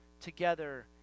together